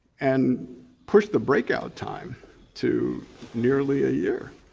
and pushed the breakout time to nearly a year.